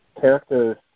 characters